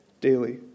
daily